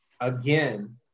again